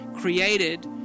created